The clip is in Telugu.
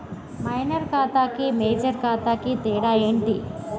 మైనర్ ఖాతా కి మేజర్ ఖాతా కి తేడా ఏంటి?